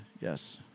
Yes